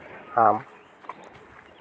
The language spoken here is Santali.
ᱟᱢ